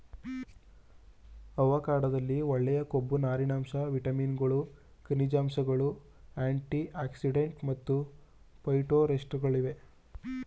ಅವಕಾಡೊದಲ್ಲಿ ಒಳ್ಳೆಯ ಕೊಬ್ಬು ನಾರಿನಾಂಶ ವಿಟಮಿನ್ಗಳು ಖನಿಜಾಂಶಗಳು ಆಂಟಿಆಕ್ಸಿಡೆಂಟ್ ಮತ್ತು ಫೈಟೊಸ್ಟೆರಾಲ್ಗಳಿವೆ